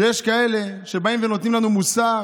שיש כאלה שבאים ומטיפים לנו מוסר